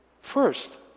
First